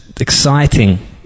exciting